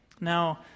Now